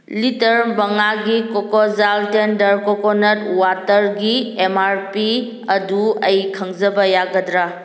litre ꯃꯉꯥꯒꯤ ꯀꯣꯀꯣꯖꯥꯜ tender coconut ꯋꯥꯇꯔꯒꯤ ꯑꯦꯝ ꯃꯥꯔ ꯄꯤ ꯑꯗꯨ ꯑꯩ ꯈꯪꯖꯕ ꯌꯥꯒꯗ꯭ꯔꯥ